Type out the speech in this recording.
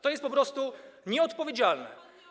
To jest po prostu nieodpowiedzialne.